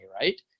right